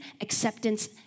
Acceptance